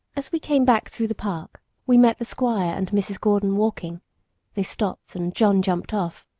as we came back through the park we met the squire and mrs. gordon walking they stopped and john jumped off.